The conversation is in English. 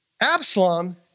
Absalom